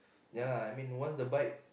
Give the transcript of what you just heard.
ya lah I mean once the bike